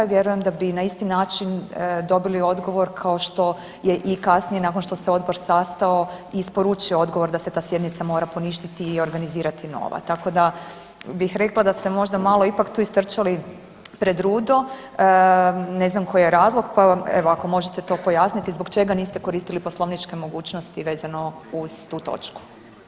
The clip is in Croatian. I vjerujem da bi na isti način dobili odgovor kao što je i kasnije nakon što se odbor sastao isporučio odgovor da se ta sjednica mora poništiti i organizirati nova, tako da bih rekla da ste možda malo ipak tu istrčali pred rudo, ne znam koji je razlog pa evo, ako možete to pojasniti, zbog čega niste koristili poslovničke mogućnosti vezano uz tu točku?